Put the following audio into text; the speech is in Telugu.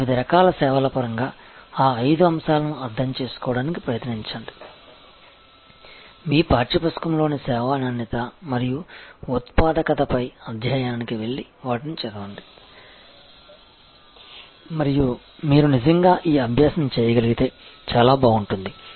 వివిధ రకాల సేవల పరంగా ఆ ఐదు అంశాలను అర్థం చేసుకోవడానికి ప్రయత్నించండి మీ పాఠ్య పుస్తకంలోని సేవా నాణ్యత మరియు ఉత్పాదకతపై అధ్యాయానికి వెళ్లి వాటిని చదవండి మరియు మీరు నిజంగా ఈ అభ్యాసం చేయగలిగితే చాలా బాగుంటుంది